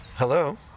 Hello